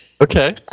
Okay